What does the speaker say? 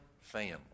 family